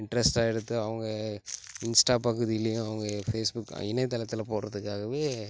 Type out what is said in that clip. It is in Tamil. இன்ட்ரெஸ்ட்டா எடுத்து அவங்க இன்ஸ்டா பகுதியிலையும் அவங்க ஃபேஸ்புக் இணையத்தளத்தில் போடுறதுக்காகவே